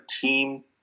team